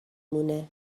مونه